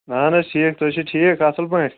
اَہَن حظ ٹھیٖک تُہۍ چھِو ٹھیٖک اَصٕل پٲٹھۍ